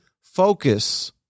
focus